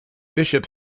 bishop